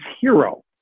hero